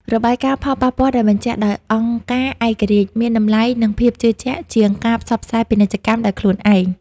របាយការណ៍ផលប៉ះពាល់ដែលបញ្ជាក់ដោយអង្គការឯករាជ្យ មានតម្លៃ និងភាពជឿជាក់ជាងការផ្សព្វផ្សាយពាណិជ្ជកម្មដោយខ្លួនឯង។